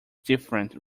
different